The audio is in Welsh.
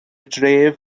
dref